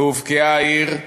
והובקעה העיר,